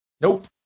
Nope